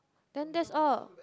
then that's all